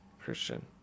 Christian